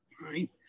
Right